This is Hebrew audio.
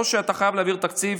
או שאתה חייב להעביר תקציב